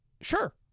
Sure